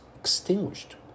extinguished